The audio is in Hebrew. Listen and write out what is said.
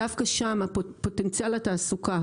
דווקא שם פוטנציאל התעסוקה,